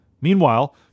Meanwhile